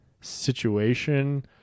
situation